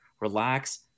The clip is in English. relax